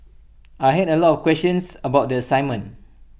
I had A lot of questions about the assignment